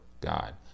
God